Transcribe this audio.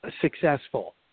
successful